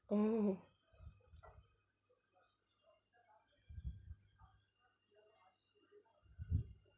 oh